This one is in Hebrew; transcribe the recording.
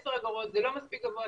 10 אגורות זה לא מספיק גבוה,